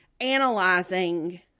analyzing